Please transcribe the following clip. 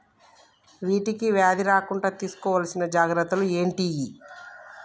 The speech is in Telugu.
వీటికి వ్యాధి రాకుండా తీసుకోవాల్సిన జాగ్రత్తలు ఏంటియి?